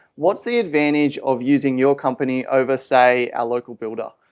what's the advantage of using your company over say a local builder?